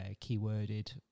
keyworded